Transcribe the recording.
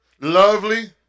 lovely